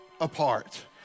apart